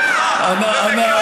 אנא,